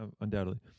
undoubtedly